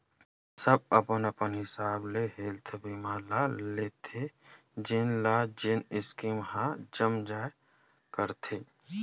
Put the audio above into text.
सब अपन अपन हिसाब ले हेल्थ बीमा ल लेथे जेन ल जेन स्कीम ह जम जाय करथे